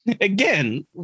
again